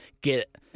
Get